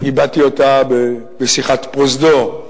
הבעתי אותה בשיחת פרוזדור.